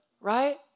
Right